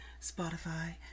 Spotify